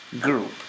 group